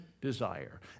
desire